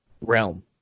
realm